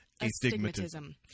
Astigmatism